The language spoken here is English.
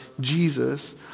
Jesus